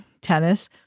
tennis